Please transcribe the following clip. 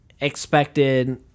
expected